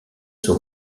son